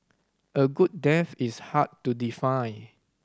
a good death is hard to define